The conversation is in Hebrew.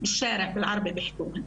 כמו שמדברים ברחוב.